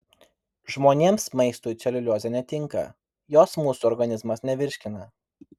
žmonėms maistui celiuliozė netinka jos mūsų organizmas nevirškina